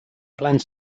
plans